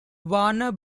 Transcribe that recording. warner